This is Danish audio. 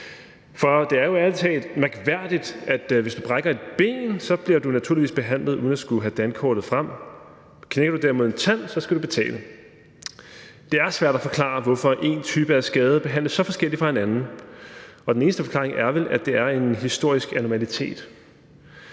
For det er jo ærlig talt mærkværdigt, at hvis du brækker et ben, bliver du naturligvis behandlet uden at skulle have dankortet frem; knækker du derimod en tand, skal du betale. Det er svært at forklare, hvorfor to typer af skader behandles så forskelligt fra hinanden, og den eneste forklaring er vel, at det er en historisk anormalitet.